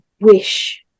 wish